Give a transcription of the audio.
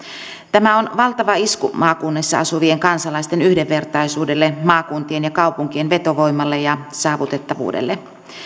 tämä on valtava isku maakunnissa asuvien kansalaisten yhdenvertaisuudelle maakuntien ja kaupunkien vetovoimalle ja saavutettavuudelle